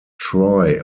troy